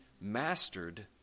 mastered